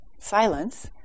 silence